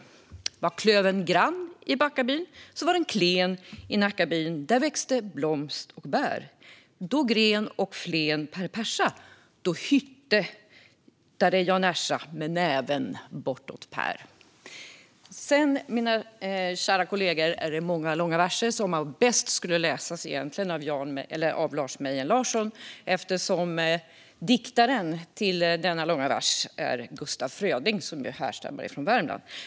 Var klövern grann i Backabyn, så var den klen i Nackabyn, där växte blomst och bär. Då gren och flen Per Persa, då hyttade Jan Ersamed näven bort åt Per. Sedan, mina kära kollegor, är det många, långa verser som kanske egentligen skulle läsas av Lars Mejern Larsson. Diktaren är ju Gustaf Fröding, som härstammar från Värmland.